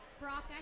Brock